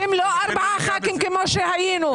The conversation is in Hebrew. אתם לא ארבעה ח"כים כמו שהיינו.